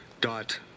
dot